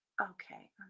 Okay